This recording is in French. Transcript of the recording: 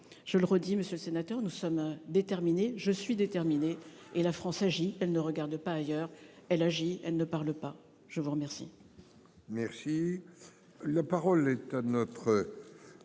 Je le redis, monsieur le sénateur : nous sommes déterminés, je suis déterminée. La France agit, elle ne regarde pas ailleurs ; elle ne parle pas, mais elle